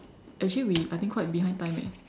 actually we I think quite behind time eh